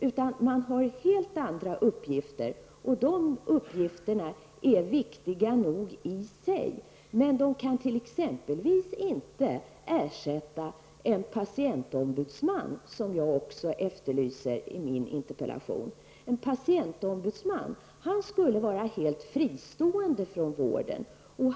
Nämnderna har helt andra uppgifter som är viktiga i sig. Därför kan förtroendenämnderna exempelvis inte ersätta en patientombudsman, vilket jag efterlyser i min interpellation. En patientombudsman skulle vara helt fristående från vården.